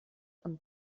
und